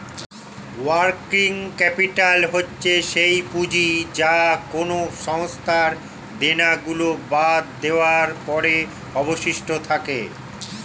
working capital হচ্ছে সেই পুঁজি যা কোনো সংস্থার দেনা গুলো বাদ দেওয়ার পরে অবশিষ্ট থাকে